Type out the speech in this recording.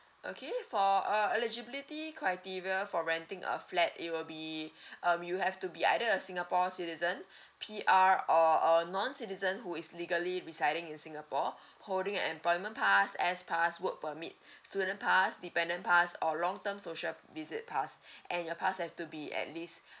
okay for uh eligibility criteria for renting a flat it will be um you have to be either a singapore citizen P R or or non citizen who is legally residing in singapore holding employment pass as pass work permit student pass dependent pass or long term social visit pass and your pass has to be at least